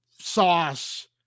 sauce